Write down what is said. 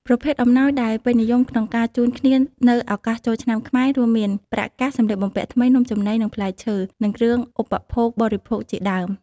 ប្រភេទអំណោយដែលពេញនិយមក្នុងការជូនគ្នានៅឱកាសចូលឆ្នាំខ្មែរ រួមមាន ប្រាក់កាស សម្លៀកបំពាក់ថ្មី នំចំណី និងផ្លែឈើ និងគ្រឿងឧបភោគបរិភោគជាដើម។